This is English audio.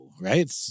right